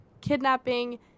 kidnapping